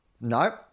Nope